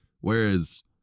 Whereas